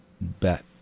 bet